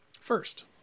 first